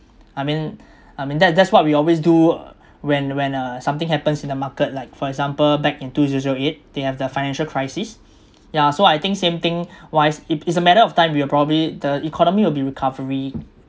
I mean I mean that that's what we always do when when uh something happens in a market like for example back in two zero zero eight they have their financial crisis yeah so I think same thing wise it it's a matter of time we'll probably the economy will be recovery